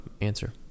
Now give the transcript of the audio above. answer